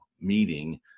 meeting